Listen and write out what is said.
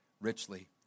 richly